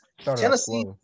Tennessee